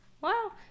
wow